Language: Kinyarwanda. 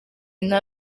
nta